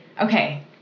Okay